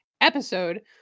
episode